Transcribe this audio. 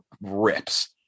rips